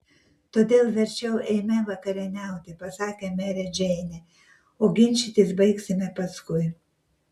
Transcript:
todėl verčiau eime vakarieniauti pasakė merė džeinė o ginčytis baigsime paskui